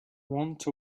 want